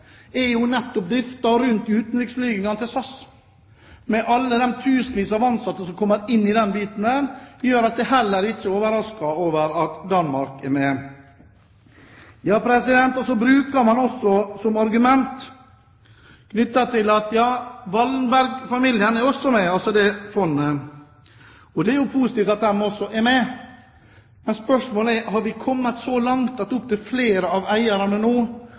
til SAS. Med alle de tusenvis av ansatte som er inne i bildet der, er jeg heller ikke overrasket over at Danmark er med. Så bruker man også som argument at Wallenberg-familien og det fondet også er med. Det er positivt at de også er med. Men spørsmålet er: Har vi kommet så langt at opptil flere av eierne nå